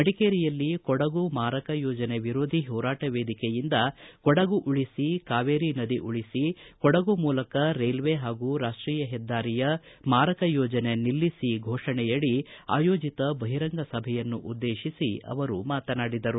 ಮಡಿಕೇರಿಯಲ್ಲಿ ಕೊಡಗು ಮಾರಕ ಯೋಜನೆ ವಿರೋಧಿ ಹೋರಾಟ ವೇದಿಕೆಯಿಂದ ಕೊಡಗು ಉಳಿಸಿ ಕಾವೇರಿ ನದಿ ಉಳಿಸಿ ಕೊಡಗು ಮೂಲಕ ರೈಲ್ವೆ ಹಾಗೂ ರಾಷ್ಷೀಯ ಹೆದ್ದಾರಿಯ ಮಾರಕ ಯೋಜನೆ ನಿಲ್ಲಿಸಿ ಫೋಷಣೆಯಡಿ ಆಯೋಜಿತ ಬಹಿರಂಗ ಸಭೆಯನ್ನು ಉದ್ದೇತಿಸಿ ಅವರು ಮಾತನಾಡಿದರು